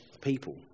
people